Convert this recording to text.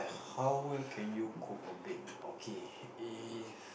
how well can you cook or bake okay if